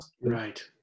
right